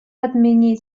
отменить